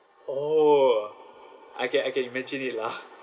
oh I can I can imagine it lah